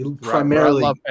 primarily